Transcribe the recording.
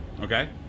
Okay